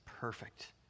perfect